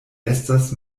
estas